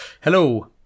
Hello